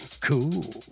cool